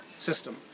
System